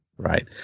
Right